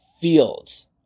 fields